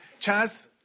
Chaz